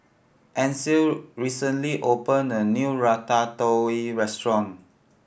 Ancil recently opened a new Ratatouille Restaurant